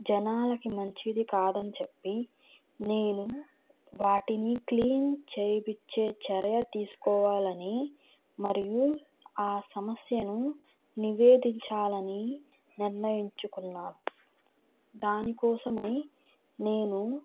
జనాలకి మంచిది కాదని చెప్పి నేను వాటిని క్లీన్ చేయించే చర్య తీసుకోవాలని మరియు ఆ సమస్యను నివేదించాలని నిర్ణయించుకున్నాను దానికోసం నేను